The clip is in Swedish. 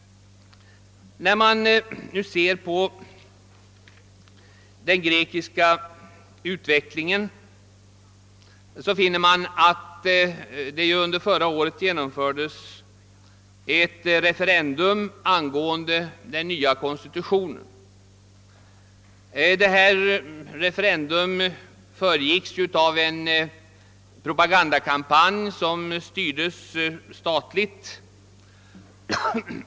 När man ser på den grekiska utvecklingen finner man att det förra året gjordes ett referendum angående den nya konstitutionen. Detta föregicks av en propagandakampanj som styrdes statligt.